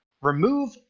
Remove